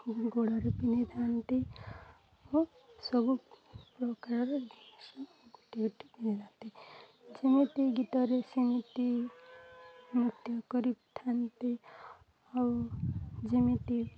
ଗୋଡ଼ରେ ପିନ୍ଧିଥାନ୍ତି ଓ ସବୁ ପ୍ରକାରର ଗୋଟିଏ ପିନ୍ଧିଥାନ୍ତି ଯେମିତି ଗୀତରେ ସେମିତି ନୃତ୍ୟ କରିଥାନ୍ତି ଆଉ ଯେମିତି